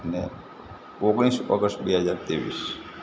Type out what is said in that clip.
અને ઓગણીસ ઓગસ્ટ બે હજાર ત્રેવીસ